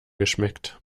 geschmeckt